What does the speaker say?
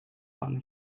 пан